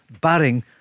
barring